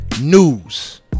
news